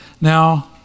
Now